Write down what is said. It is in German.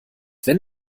wenn